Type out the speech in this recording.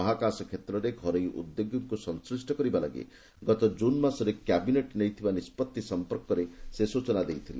ମହାକାଶ କ୍ଷେତ୍ରରେ ଘରୋଇ ଉଦ୍ୟୋଗୀଙ୍କୁ ସଂଶ୍ଳିଷ୍ଟ କରିବା ଲାଗି ଗତ କ୍ରୁନ ମାସରେ କ୍ୟାବିନେଟ ନେଇଥିବା ନିଷ୍କଭି ସମ୍ପର୍କରେ ସେ ସୂଚନା ଦେଇଥିଲେ